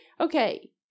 Okay